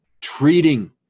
treating